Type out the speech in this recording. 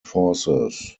forces